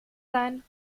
sein